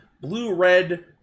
Blue-Red